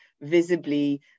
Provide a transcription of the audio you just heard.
visibly